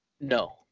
No